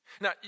Now